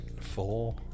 Four